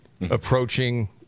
approaching